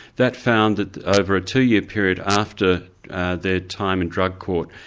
that found that over a two-year period after their time in drug court,